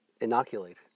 inoculate